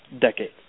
decade